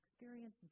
Experience